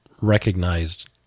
recognized